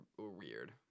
weird